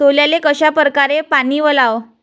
सोल्याले कशा परकारे पानी वलाव?